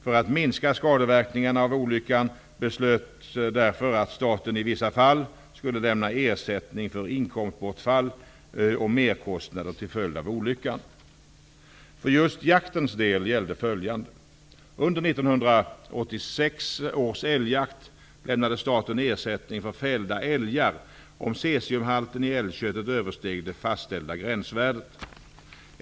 För att minska skadeverkningarna av olyckan beslöts därför att staten i vissa fall skulle lämna ersättning för inkomstbortfall och merkostnader till följd av olyckan. För just jaktens del gällde följande. Under 1986 års älgjakt lämnade staten ersättning för fällda älgar om cesiumhalten i älgköttet översteg det fastställda gränsvärdet.